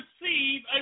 receive